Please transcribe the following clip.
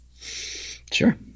Sure